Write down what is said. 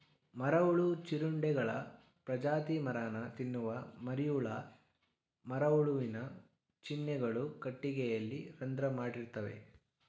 ಮರಹುಳು ಜೀರುಂಡೆಗಳ ಪ್ರಜಾತಿ ಮರನ ತಿನ್ನುವ ಮರಿಹುಳ ಮರಹುಳುವಿನ ಚಿಹ್ನೆಗಳು ಕಟ್ಟಿಗೆಯಲ್ಲಿ ರಂಧ್ರ ಮಾಡಿರ್ತವೆ